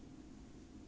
and don't